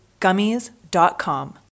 gummies.com